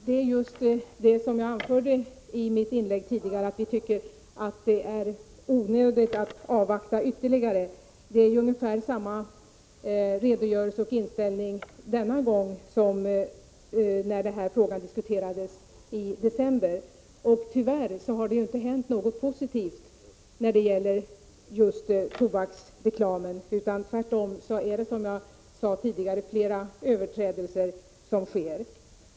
Herr talman! Som jag anförde i mitt inlägg tidigare tycker vi att det är onödigt att avvakta ytterligare. Det är ungefär samma redogörelse och inställning denna gång som när frågan diskuterades i december. Tyvärr har det inte hänt något positivt när det gäller tobaksreklamen utan tvärtom är det, som jag sade tidigare, flera överträdelser som sker.